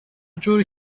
جور